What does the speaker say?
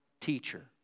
teacher